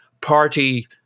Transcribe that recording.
party